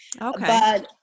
Okay